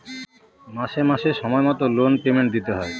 মাসে মাসে সময় মতো লোন পেমেন্ট দিতে হয়